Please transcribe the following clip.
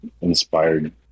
inspired